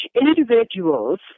individuals